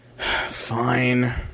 Fine